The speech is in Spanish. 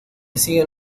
siguen